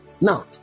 Now